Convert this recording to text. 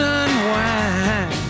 unwind